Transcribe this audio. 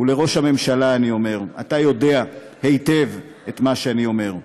ולראש הממשלה אני אומר: אתה יודע היטב את מה שאני אומר.